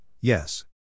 Yes